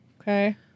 Okay